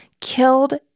killed